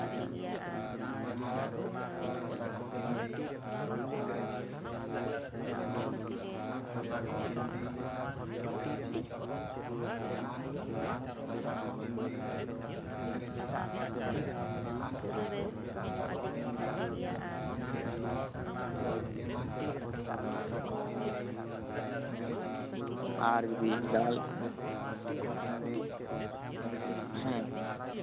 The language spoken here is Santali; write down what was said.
ᱦᱩᱸ ᱦᱩᱸ ᱟᱨ ᱡᱩᱫᱤ